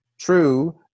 true